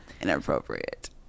inappropriate